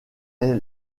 est